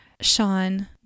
Sean